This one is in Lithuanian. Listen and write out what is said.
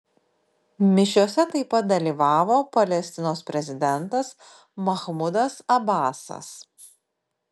mišiose taip pat dalyvavo palestinos prezidentas mahmudas abasas